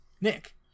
Nick